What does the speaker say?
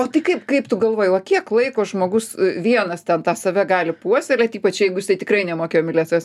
o tai kaip kaip tu galvoji va kiek laiko žmogus vienas ten tą save gali puoselėt ypač jeigu jisai tikrai nemokėjo mylėt savęs